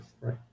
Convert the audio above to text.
right